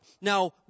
Now